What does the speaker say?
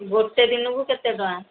ଗୋଟେ ଦିନକୁ କେତେ ଟଙ୍କା